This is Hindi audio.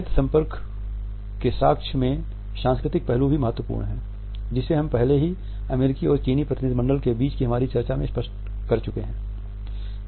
नेत्र संपर्क के साक्ष्य में सांस्कृतिक पहलू भी महत्वपूर्ण हैं जिसे हम पहले ही अमेरिकी और चीनी प्रतिनिधि मंडल के बीच की हमारी चर्चा में स्पष्ट हो चुकी हैं